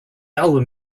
album